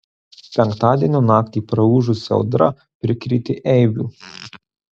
penktadienio naktį praūžusi audra prikrėtė eibių